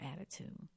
attitude